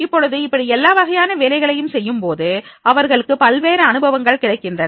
இப்பொழுது இப்படி எல்லா வகையான வேலைகளையும் செய்யும் போது அவர்களுக்கு பல்வேறு அனுபவங்கள் கிடைக்கின்றன